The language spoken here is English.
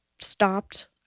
stopped